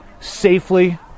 safely